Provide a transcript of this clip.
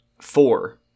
four